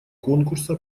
конкурса